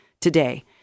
today